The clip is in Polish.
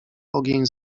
ogień